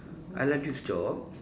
I like this job